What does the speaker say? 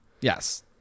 Yes